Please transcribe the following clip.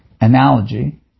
analogy